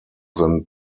than